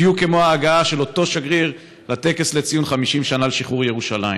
בדיוק כמו ההגעה של אותו שגריר לטקס לציון 50 שנה לשחרור ירושלים.